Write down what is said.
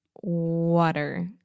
water